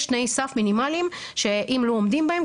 יש תנאי סף מינימאליים שאם לא עומדים בהם,